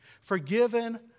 forgiven